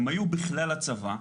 הם היו בכלל הצבא.